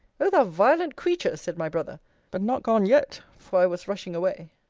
o thou violent creature! said my brother but not gone yet for i was rushing away.